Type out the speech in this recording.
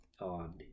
on